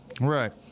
Right